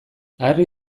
harri